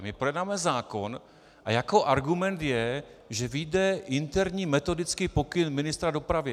My projednáváme zákon a jako argument je, že vyjde interní metodický pokyn ministra dopravy.